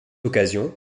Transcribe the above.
occasion